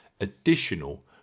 additional